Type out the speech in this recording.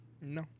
No